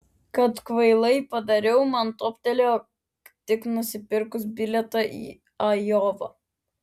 kad kvailai padariau man toptelėjo tik nusipirkus bilietą į ajovą